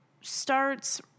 starts